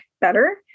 better